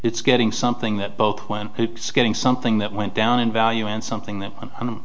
it's getting something that both went skating something that went down in value and something that